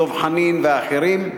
דב חנין והאחרים.